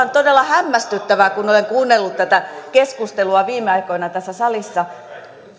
on todella hämmästyttävää kun olen kuunnellut tätä keskustelua viime aikoina tässä salissa